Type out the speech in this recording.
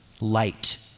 light